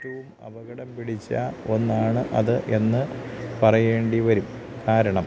ഏറ്റവും അപകടം പിടിച്ച ഒന്നാണ് അത് എന്ന് പറയേണ്ടിവരും കാരണം